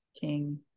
King